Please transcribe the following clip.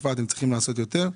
באכיפה אתם צריכים לעשות יותר.